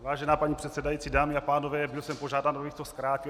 Vážená paní předsedající, dámy a pánové, byl jsem požádán, abych to zkrátil.